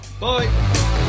Bye